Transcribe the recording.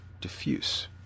diffuse